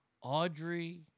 Audrey